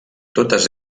totes